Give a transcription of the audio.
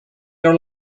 your